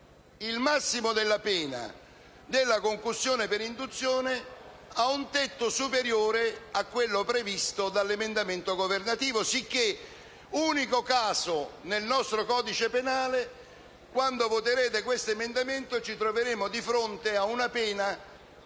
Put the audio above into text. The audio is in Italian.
il massimo della pena della concussione per induzione a un tetto superiore a quello previsto dall'emendamento governativo, sicché - unico caso nel nostro codice penale - quando voterete questo emendamento, ci troveremo di fronte ad una pena